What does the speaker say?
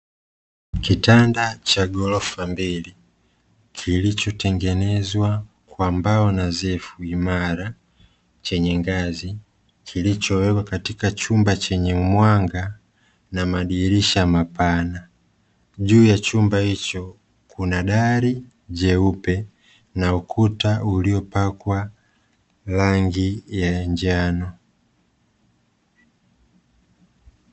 Kitanda cha ghorofa mbili kilichotengenezwa kwa mbao nadhifu, imara chenye ngazi, kilichowekwa katika chumba chenye mwanga na madirisha mapana. Juu ya chumba hicho kuna dari jeupe na ukuta uliopakwa rangi ya njano.